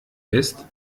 ist